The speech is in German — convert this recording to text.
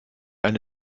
eine